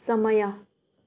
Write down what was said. समय